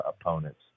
opponents